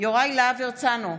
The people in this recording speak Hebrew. יוראי להב הרצנו,